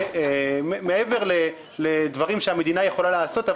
מעבר לדברים שהמדינה יכולה לעשות,